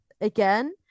again